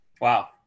Wow